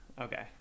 Okay